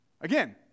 Again